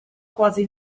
quasi